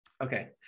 Okay